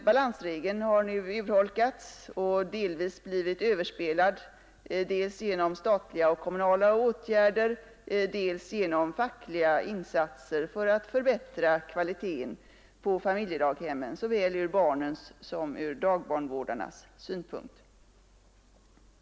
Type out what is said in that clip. Balansregeln har nu urholkats och delvis blivit överspelad, dels genom statliga och kommunala åtgärder, dels genom fackliga insatser för att förbättra kvaliteten på familjedaghemmen såväl från barnens som från dagbarnvårdarnas synpunkt.